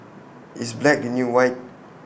is black the new white